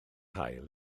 haul